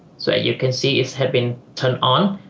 so you can see it had been turned on.